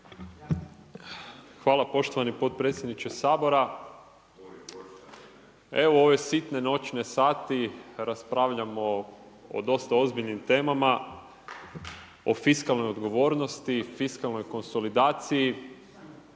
Hvala poštovani potpredsjedniče Sabora. Evo u ove sitne noćne sate raspravljamo o dosta ozbiljnim temama, o fiskalnoj odgovornosti, fiskalnoj konsolidaciji.